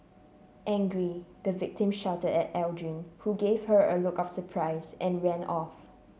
angry the victim shouted at Aldrin who gave her a look of surprise and ran off